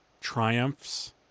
triumphs